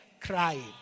crying